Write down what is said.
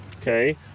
okay